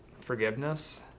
forgiveness